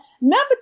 number